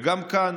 גם כאן,